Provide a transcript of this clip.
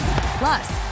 Plus